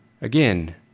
Again